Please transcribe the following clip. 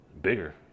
bigger